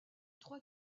trois